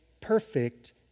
perfect